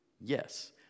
Yes